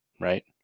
right